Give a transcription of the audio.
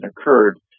occurred